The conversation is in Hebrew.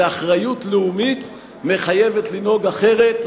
ואחריות לאומית מחייבת לנהוג אחרת.